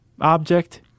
object